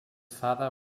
father